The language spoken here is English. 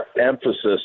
emphasis